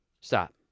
stop